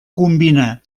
combina